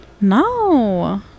No